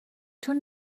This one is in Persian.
چون